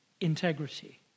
integrity